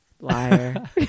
Liar